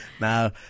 now